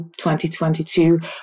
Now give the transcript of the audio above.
2022